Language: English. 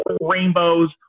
rainbows